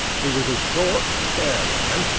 he was a short, spare man,